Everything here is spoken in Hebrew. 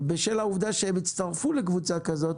ובשל העובדה שהם הצטרפו לקבוצה כזאת,